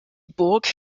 burg